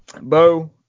Bo